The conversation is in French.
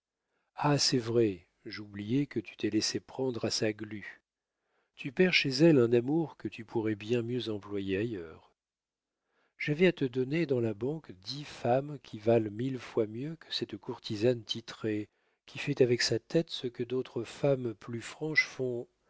ah c'est vrai j'oubliais que tu t'es laissé prendre à sa glu tu perds chez elle un amour que tu pourrais bien mieux employer ailleurs j'avais à te donner dans la banque dix femmes qui valent mille fois mieux que cette courtisane titrée qui fait avec sa tête ce que d'autres femmes plus franches font